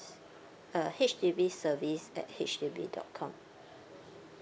service uh H_D_B service at H D B dot com